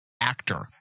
actor